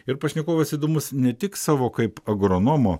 ir pašnekovas įdomus ne tik savo kaip agronomo